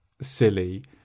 silly